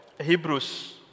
Hebrews